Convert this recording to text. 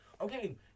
Okay